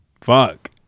Fuck